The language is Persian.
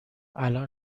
الان